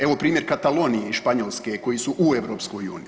Evo primjer Katalonije i Španjolske koji su u EU.